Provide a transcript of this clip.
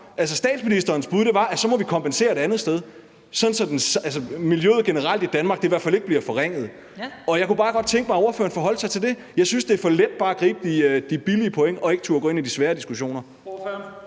Statsministerens bud var, at så må vi kompensere et andet sted, sådan at miljøet generelt i Danmark i hvert fald ikke bliver forringet, og jeg kunne bare godt tænke mig, at ordføreren forholdt sig til det. Jeg synes, det er for let bare at gribe de billige point og ikke turde gå ind i de svære diskussioner.